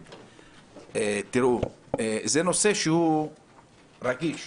תראו, זה נושא רגיש,